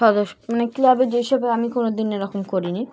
সদস্য মানে ক্লাবে যে হিসেবে আমি কোনো দিন এরকম করিনি